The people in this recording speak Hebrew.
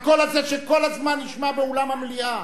הקול הזה שכל הזמן נשמע באולם המליאה.